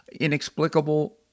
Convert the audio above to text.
Inexplicable